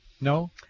No